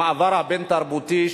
המעבר הבין-תרבותי,